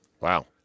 Wow